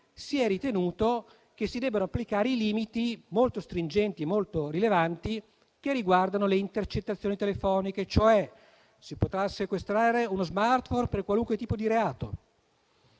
si è ritenuto che si debbano applicare i limiti, molto stringenti e rilevanti, che riguardano le intercettazioni telefoniche. Cioè si potrà sequestrare uno *smartphone* per qualunque tipo di reato,